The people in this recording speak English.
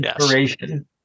inspiration